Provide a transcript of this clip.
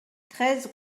treize